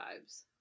vibes